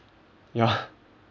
ya